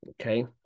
okay